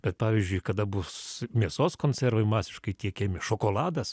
bet pavyzdžiui kada bus mėsos konservai masiškai tiekiami šokoladas